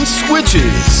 switches